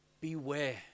beware